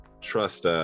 trust